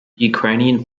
ukrainian